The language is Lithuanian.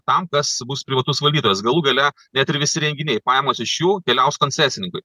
tam kas bus privatus valdytojas galų gale net ir visi renginiai pajamos iš jų keliaus koncesininkui